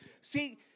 see